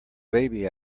baby